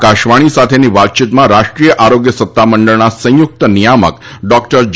આકાશવાણી સાથેની વાતચીતમાં રાષ્ટ્રીય આરોગ્ય સત્તામંડળના સંયુક્ત નિયામક ડોક્ટર જે